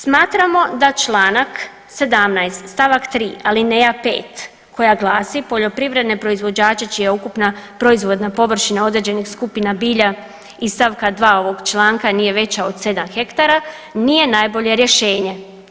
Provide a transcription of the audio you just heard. Smatramo da članak 17. stavak 3. alineja 5. koja glasi: „Poljoprivredne proizvođače čija ukupna proizvodna površina određenih skupina bilja iz stavka 2. ovoga članka nije veća od 7 hektara“ nije najbolje rješenje.